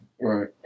Right